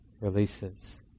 releases